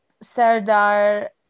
serdar